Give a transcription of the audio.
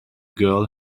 girl